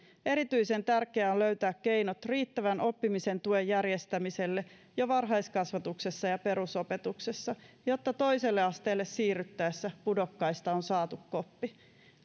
erityisen tärkeää on löytää keinot riittävän oppimisen tuen järjestämiselle jo varhaiskasvatuksessa ja perusopetuksessa jotta toiselle asteelle siirryttäessä pudokkaista on saatu koppi